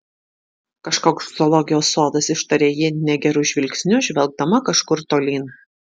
kažkoks zoologijos sodas ištarė ji negeru žvilgsniu žvelgdama kažkur tolyn